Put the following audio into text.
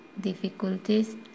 difficulties